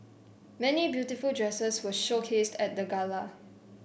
many beautiful dresses were showcased at the gala